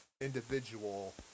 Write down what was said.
individual